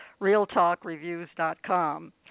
realtalkreviews.com